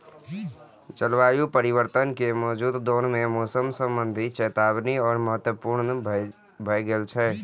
जलवायु परिवर्तन के मौजूदा दौर मे मौसम संबंधी चेतावनी आर महत्वपूर्ण भए गेल छै